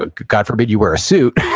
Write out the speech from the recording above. ah god forbid, you wear a suit,